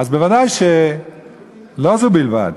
בוודאי, לא זו בלבד,